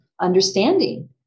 understanding